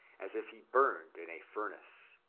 as if he burned in a furnace.